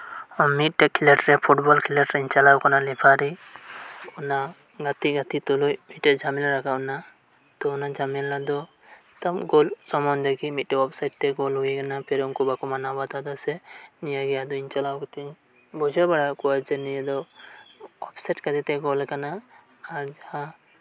ᱢᱤᱫᱴᱮᱱ ᱠᱷᱤᱞᱳᱰ ᱨᱮ ᱯᱷᱩᱴᱵᱚᱞ ᱠᱷᱤᱞᱳᱰ ᱨᱮᱧ ᱪᱟᱞᱟᱣ ᱟᱠᱟᱱᱟ ᱞᱮᱯᱷᱟᱨᱤᱜ ᱚᱱᱟ ᱜᱟᱛᱤ ᱜᱟᱛᱤᱜ ᱛᱩᱞᱩᱡ ᱢᱤᱫᱴᱟᱝ ᱡᱷᱟᱢᱮᱞᱟ ᱨᱟᱠᱟᱵ ᱮᱱᱟ ᱛᱚ ᱚᱱᱟ ᱡᱷᱟᱢᱮᱞᱟ ᱫᱚ ᱜᱳᱞ ᱥᱚᱢᱢᱚᱱᱫᱷᱮᱜᱮ ᱢᱤᱫᱴᱮᱱ ᱚᱯᱥᱟᱭᱤᱴ ᱛᱮ ᱜᱳᱞ ᱦᱩᱭ ᱮᱱᱟ ᱯᱷᱮᱨ ᱩᱱᱠᱩ ᱵᱟᱠᱚ ᱢᱟᱱᱟᱣ ᱵᱟᱛᱟᱣ ᱮᱫᱟ ᱥᱮ ᱱᱤᱭᱟᱹᱜᱮ ᱟᱫᱚ ᱤᱧ ᱪᱟᱞᱟᱣ ᱠᱟᱛᱮᱫ ᱤᱧ ᱵᱩᱡᱷᱟᱹᱣ ᱵᱟᱲᱟᱣᱟᱫ ᱠᱚᱣᱟ ᱡᱮ ᱱᱤᱭᱟᱹ ᱫᱚ ᱚᱯᱥᱟᱭᱤᱴ ᱠᱷᱟᱛᱤᱨᱛᱮ ᱜᱳᱞ ᱟᱠᱟᱱᱟ ᱟᱨ ᱡᱟᱦᱟᱸ